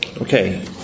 Okay